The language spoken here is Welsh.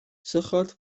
sychodd